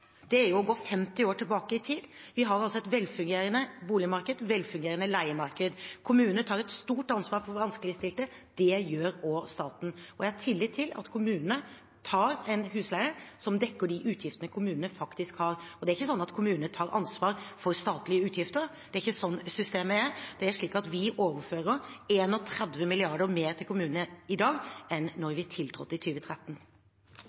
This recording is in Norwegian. Det ville være å gå 50 år tilbake i tid. Vi har et velfungerende boligmarked og leiemarked. Kommunene tar et stort ansvar for de vanskeligstilte, og det gjør også staten. Jeg har tillit til at kommunene tar en husleie som dekker de utgiftene kommunene faktisk har. Det er ikke sånn at kommunene tar ansvar for statlige utgifter. Det er ikke sånn systemet er. Det er sånn at vi overfører 31 mrd. kr mer til kommunene i dag enn